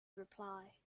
reply